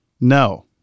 No